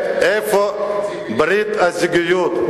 איפה ברית הזוגיות?